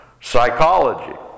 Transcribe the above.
psychology